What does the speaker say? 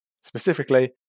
specifically